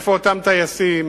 איפה אותם טייסים?